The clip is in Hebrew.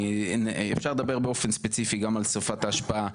אפשר לדבר באופן ספציפי גם על שפת ההשפעה,